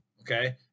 Okay